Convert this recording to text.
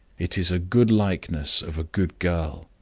it is a good likeness of a good girl.